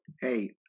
Hey